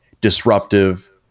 disruptive